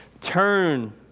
turn